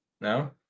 No